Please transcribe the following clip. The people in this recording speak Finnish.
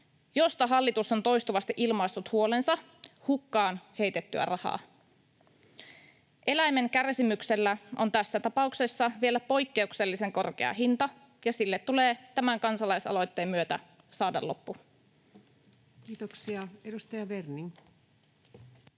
josta hallitus on toistuvasti ilmaissut huolensa, hukkaan heitettyä rahaa. Eläimen kärsimyksellä on tässä tapauksessa vielä poikkeuksellisen korkea hinta, ja sille tulee tämän kansalaisaloitteen myötä saada loppu. [Speech 161] Speaker: